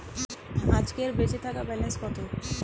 আজকের বেচে থাকা ব্যালেন্স কত?